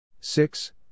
six